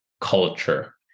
culture